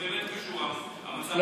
זה באמת קשור אליו, המצב בפניציה.